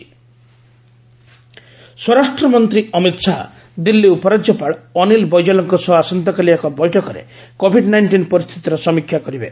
HM Delhi situation ସ୍ୱରାଷ୍ଟ୍ର ମନ୍ତ୍ରୀ ଅମିତ ଶାହା ଦିଲ୍ଲୀ ଉପରାଜ୍ୟପାଳ ଅନୀଲ ବୈଜଲଙ୍କ ସହ ଆସନ୍ତାକାଲି ଏକ ବୈଠକରେ କୋଭିଡ୍ ନାଇଷ୍ଟିନ୍ ପରିସ୍ଥିତିର ସମୀକ୍ଷା କରିବେ